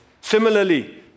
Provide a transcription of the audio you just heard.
Similarly